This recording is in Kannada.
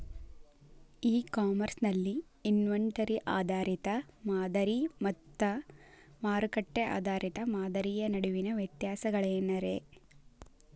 ಇ ಕಾಮರ್ಸ್ ನಲ್ಲಿ ಇನ್ವೆಂಟರಿ ಆಧಾರಿತ ಮಾದರಿ ಮತ್ತ ಮಾರುಕಟ್ಟೆ ಆಧಾರಿತ ಮಾದರಿಯ ನಡುವಿನ ವ್ಯತ್ಯಾಸಗಳೇನ ರೇ?